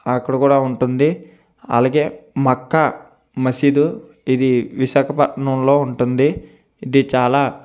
అక్కడ కూడా ఉంటుంది అలాగే మక్కా మసీదు ఇది విశాఖపట్నంలో ఉంటుంది ఇది చాలా